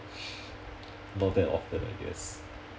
not that often I guess